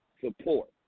Support